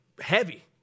heavy